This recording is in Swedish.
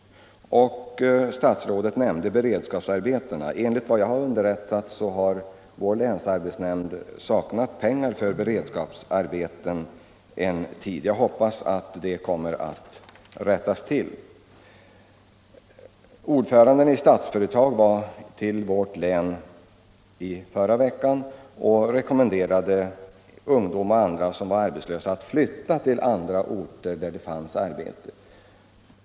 Statsrådet nämnde beredskapsarbetena. Enligt vad jag har blivit underrättad om har Västerbottens länsarbetsnämnd saknat pengar för beredskapsarbeten en tid. Jag hoppas att det kommer att rättas till. Ordföranden i Statsföretag besökte vårt län i förra veckan och rekommenderade då ungdomar och andra som var arbetslösa att flytta till andra orter, där det fanns arbete.